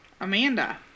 Amanda